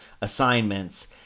assignments